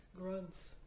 grunts